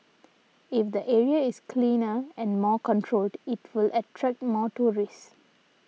if the area is cleaner and more controlled it will attract more tourists